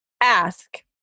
ask